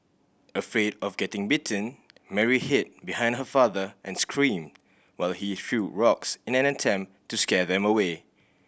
afraid of getting bitten Mary hid behind her father and screamed while he threw rocks in an attempt to scare them away